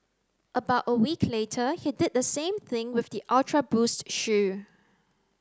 about a week later he did the same thing with the Ultra Boost shoe